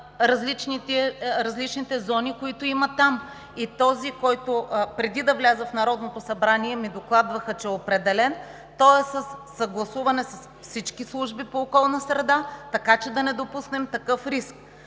различните зони, които има там. Този, който, преди да вляза в Народното събрание, ми докладваха, че е определен, е със съгласуване с всички служби по околна среда, така че да не допуснем такъв риск.